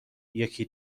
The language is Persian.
یکی